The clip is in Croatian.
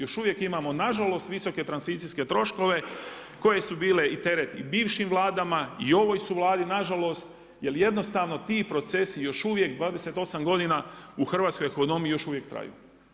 Još uvijek imamo nažalost visoke tranzicijske troškove, koje su bile i teret i bivšim Vladama, i ovaj su Vladi nažalost, jer jednostavno ti procesi još uvijek, 28 godina u hrvatskoj ekonomiji, još uvijek traju.